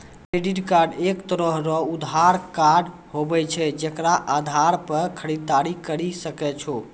credit card एक तरह रो उधार कार्ड हुवै छै जेकरो आधार पर खरीददारी करि सकै छो